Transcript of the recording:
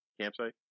campsite